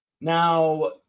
Now